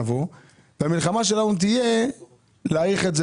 נבוא והמלחמה שלנו תהיה להאריך את זה